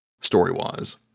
story-wise